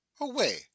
away